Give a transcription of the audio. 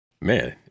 Man